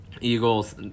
Eagles